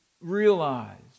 realized